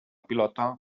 pilota